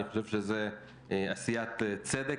אני חושב שזאת עשיית צדק,